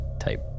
type